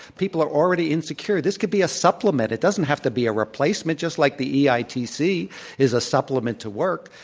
people are already insecure. this could be a supplement. it doesn't have to be a replacement just like the eitc is a supplement to work.